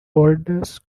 oldest